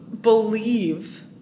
believe